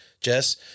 Jess